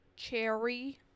cherry